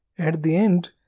at the end,